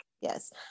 Yes